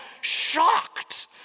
shocked